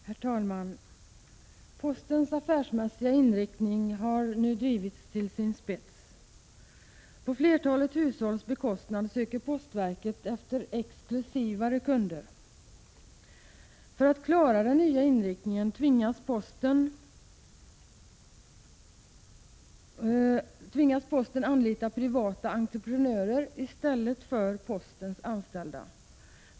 Herr talman! Postens ”affärsmässiga” inriktning har nu drivits till sin spets. På flertalet hushålls bekostnad söker postverket efter exklusivare kunder. För att klara den nya inriktningen tvingas posten att anlita privata entreprenörer i stället för postens anställda.